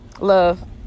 Love